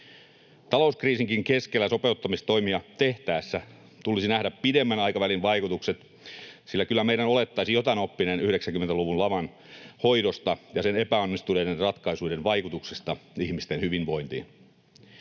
Talouskriisinkin keskellä sopeuttamistoimia tehtäessä tulisi nähdä pidemmän aikavälin vaikutukset, sillä kyllä meidän olettaisi jotain oppineen 90-luvun laman hoidosta ja sen epäonnistuneiden ratkaisuiden vaikutuksesta ihmisten hyvinvointiin.